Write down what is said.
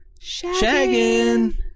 Shagging